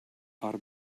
are